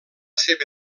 seva